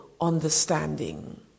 understanding